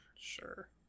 Sure